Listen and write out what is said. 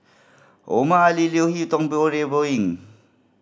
Omar Ali Leo Hee Tong ying